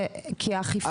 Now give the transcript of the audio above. כי האכיפה,